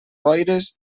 boires